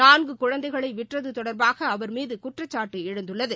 நான்கு குழந்தைகளை விற்றது தொடர்பாக அவர் மீது குற்றச்சாட்டு எழுந்துள்ளது